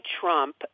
Trump